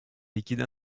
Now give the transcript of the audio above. liquide